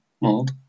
mold